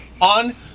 On